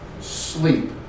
sleep